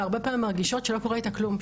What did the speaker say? והרבה פעמים מרגישות שלא קורה איתה כלום,